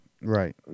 Right